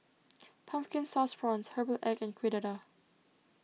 Pumpkin Sauce Prawns Herbal Egg and Kueh Dadar